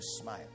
smile